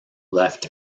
left